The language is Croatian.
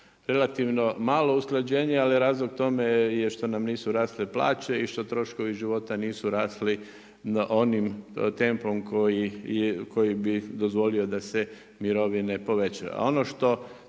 Relativno malo usklađenje, ali je razlog tome što nam nisu rasle plaće i što troškovi života nisu rasli onim tempom koji bi dozvolio da je mirovine povećaju.